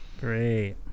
Great